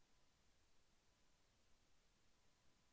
ఆవుల పెంపకంలో ఉపయోగించే కొన్ని కొత్త పద్ధతులు ఏమిటీ?